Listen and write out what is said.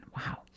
wow